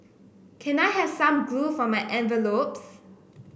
can I have some glue for my envelopes